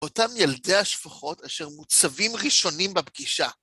אותם ילדי השפחות אשר מוצבים ראשונים בפגישה.